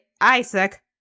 Isaac